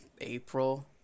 April